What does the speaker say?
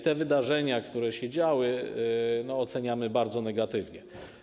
Te wydarzenia, to, co się działo, oceniamy bardzo negatywnie.